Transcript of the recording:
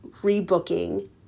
rebooking